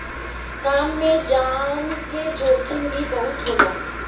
काम में जान के जोखिम भी बहुते होला